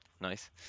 Nice